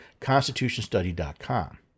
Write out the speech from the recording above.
constitutionstudy.com